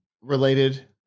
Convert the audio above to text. related